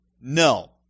No